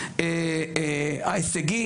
ישראלי,